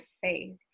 faith